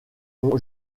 ont